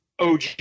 OG